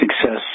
success